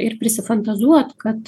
ir prisifantazuot kad